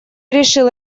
решил